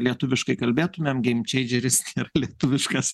lietuviškai kalbėtumėm geimčendžeris yra lietuviškas